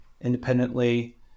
independently